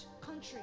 country